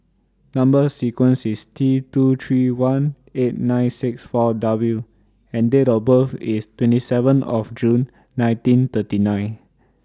Number sequence IS T two three one eight nine six four W and Date of birth IS twenty seven of June nineteen thirty nine